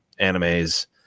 animes